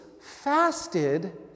fasted